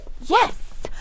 Yes